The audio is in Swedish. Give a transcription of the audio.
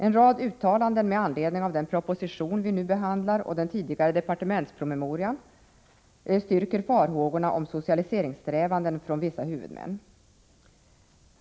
En rad uttalanden med anledning av den proposition vi nu behandlar och den tidigare departementspromemorian styrker farhågorna om socialiseringssträvanden från vissa huvudmän.